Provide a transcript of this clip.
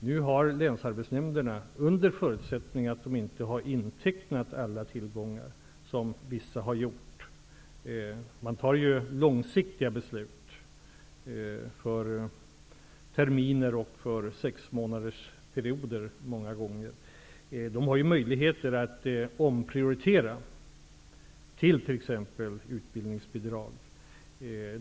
Nu har länsarbetsnämnderna -- under förutsättning att de inte har intecknat alla tillgångar, vilket vissa har gjort; man fattar ju många gånger långsiktiga beslut för terminer och för sexmånadersperioder -- möjligheter att omprioritera till t.ex. utbildningsbidrag.